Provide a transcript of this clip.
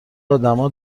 ادما